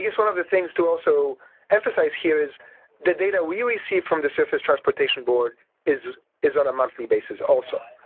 one of the things to also emphasize here is the data we received from the surface transportation board is is on a monthly basis also,